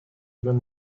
even